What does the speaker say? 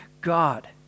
God